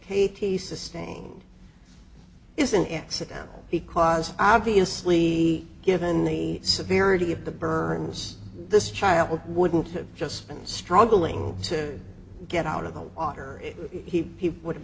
katie sustained is an accident because obviously given the severity of the burns this child wouldn't have just been struggling to get out of the water he would